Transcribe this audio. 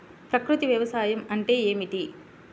ప్రకృతి వ్యవసాయం అంటే ఏమిటి?